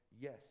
yes